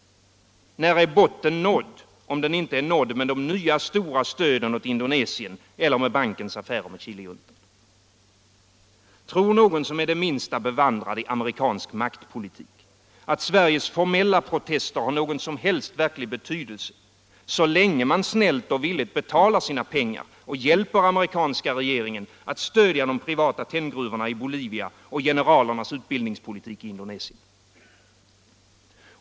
När är botten nådd, om den inte är nådd med de nya stora stöden åt Indonesien eller bankens affärer med Chilejuntan? Tror någon, som är det minsta bevandrad i amerikansk maktpolitik, att Sveriges formella protester har någon som helst verklig betydelse, så länge man snällt och villigt betalar sina pengar och hjälper amerikanska regeringen att stödja de privata tenngruvorna i Bolivia och generalernas utbildningspolitik i Indonesien?